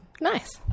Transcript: Nice